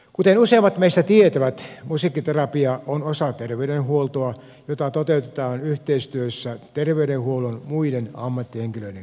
kuten useimmat meistä tietävät musiikkiterapia on osa terveydenhuoltoa ja sitä toteutetaan yhteistyössä terveydenhuollon muiden ammattihenkilöiden kanssa